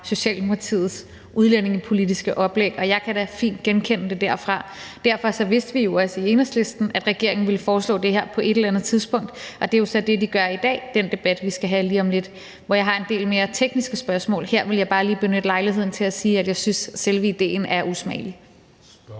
Socialdemokratiets udlændingepolitiske oplæg. Jeg kan da fint genkende, at det kommer derfra. Derfor vidste vi jo også i Enhedslisten, at regeringen ville foreslå det her på et eller andet tidspunkt. Det er jo så det, de gør i dag, med den forhandling, vi skal have lige om lidt, hvor jeg har en del mere tekniske spørgsmål. Her ville jeg bare lige benytte lejligheden til at sige, at jeg synes, at selve idéen er usmagelig.